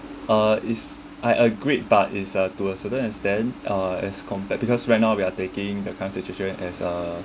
uh is I agreed but is to a certain extent uh as compare because right now we are taking the current situation as a